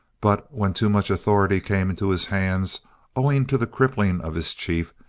but when too much authority came into his hands owing to the crippling of his chief,